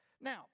Now